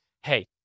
hey